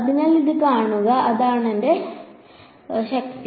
അതിനാൽ അത് കാണുക അതിന്റെ ശക്തി